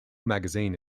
magazine